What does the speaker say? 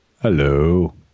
Hello